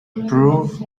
improve